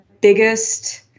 biggest